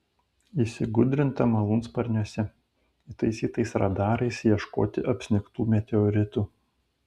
įsigudrinta malūnsparniuose įtaisytais radarais ieškoti apsnigtų meteoritų